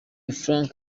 franc